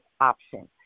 option